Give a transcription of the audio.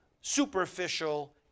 superficial